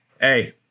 Hey